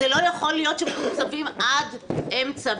לא יכול להיות שמתוקצבים עד אמצע,